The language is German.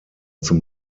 zum